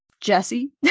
Jesse